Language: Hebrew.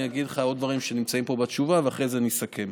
אני אגיד לך עוד דברים שנמצאים פה בתשובה ואחרי זה אני אסכם.